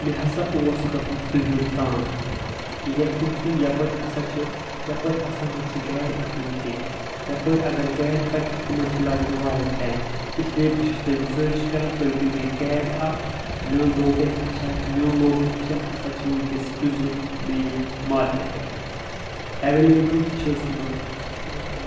مےٚ ہسا اوس گژھُن پِنزُر تام یَتھ یپٲرۍ ہسا چھ یپأرۍ ہسا نہ چھ گاڑِ پکان کیٚنٛہہ یپأرۍ اگر گاڑِ پکہِ تِمن چھ لگان واریاہ ٹایم اس لیے بہٕ چھُس تۄہہِ گُزأرِش کران تُہۍ دِیِو مےٚ کیب اَکھ میٛون لوکیشن ہسا میون لوکیشَن ہسا چھُ وُنکٮ۪س پِنزُر مین مارکٮ۪ٹ اویلیبل چھُس بہٕ